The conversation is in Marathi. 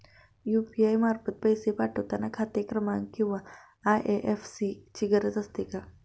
यु.पी.आय मार्फत पैसे पाठवता खाते क्रमांक किंवा आय.एफ.एस.सी ची गरज असते का?